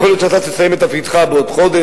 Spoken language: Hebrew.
יכול להיות שאתה תסיים את תפקידך בעוד חודש,